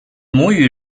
母语